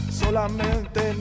solamente